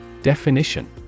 Definition